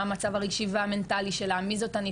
מה המצב הרגשי והמנטלי שלה,